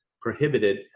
prohibited